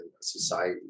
society